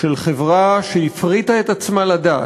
של חברה שהפריטה את עצמה לדעת,